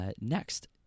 next